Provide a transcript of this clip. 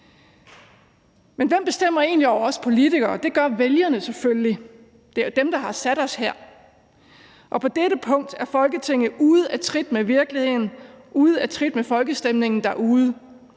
Men hvem bestemmer egentlig over os politikere? Det gør vælgerne selvfølgelig. Det er dem, der har sat os her, og på dette punkt er Folketinget ude af trit med virkeligheden, ude af trit med folkestemningen derude.